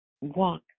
walk